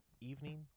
evening